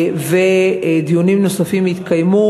ודיונים נוספים יתקיימו,